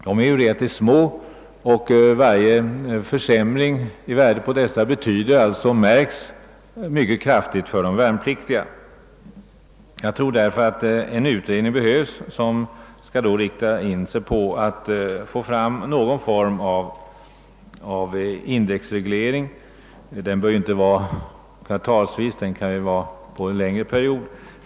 De är ju relativt små, och varje försämring av deras värde märks mycket kraftigt för de värnpliktiga. Jag tror därför att en utredning borde rikta in sig på att åstadkomma någon form av indexreglering. Den behöver inte medföra kvartalsvisa justeringar utan kan kanske avse en längre period.